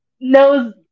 knows